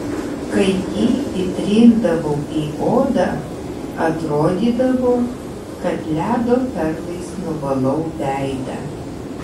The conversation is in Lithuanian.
kai jį įtrindavau į odą atrodydavo kad ledo perlais nuvalau veidą